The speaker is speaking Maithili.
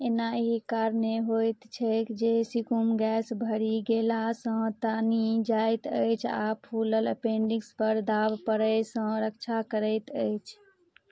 एना एहि कारणे होइत छै जे सीकुम गैस भरि गेलासँ तनि जाइत अछि आओर फूलल अपेन्डिक्सपर दाब पड़ैसँ रक्षा करैत अछि